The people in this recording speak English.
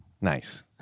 Nice